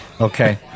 Okay